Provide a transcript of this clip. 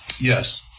Yes